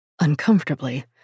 uncomfortably